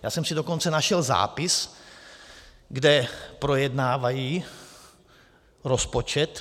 Já jsem si dokonce našel zápis, kde projednávají rozpočet.